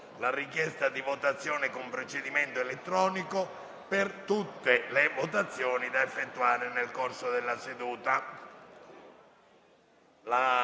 la richiesta di votazione con procedimento elettronico per tutte le votazioni da effettuare nel corso della seduta.